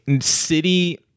City